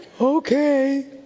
Okay